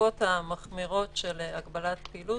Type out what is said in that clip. בתקופות המחמירות של הגבלת פעילות.